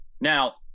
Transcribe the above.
Now